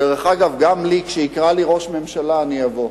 אגב, גם לי, כשיקרא לי ראש הממשלה, אני אבוא,